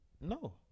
no